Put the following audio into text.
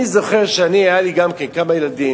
אני זוכר שהיו לי גם כן כמה ילדים,